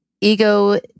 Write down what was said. Ego